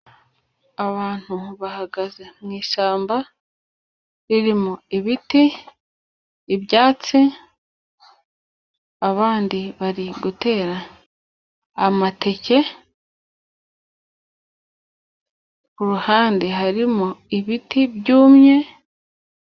Abantu bahagaze mu ishyamba ririmo ibiti, ibyatsi abandi bari gutera amateke ku ruhande, harimo ibiti byumye.